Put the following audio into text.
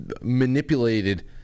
manipulated